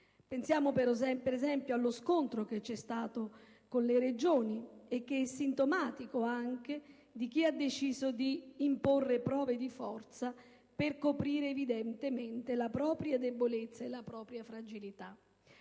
Pensiamo, per esempio, allo scontro intervenuto con le Regioni, che è anche sintomatico di chi ha deciso d'imporre prove di forza per coprire, evidentemente, la propria debolezza e la propria fragilità.